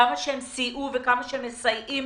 כמה שהם סייעו וכמה שהם מסייעים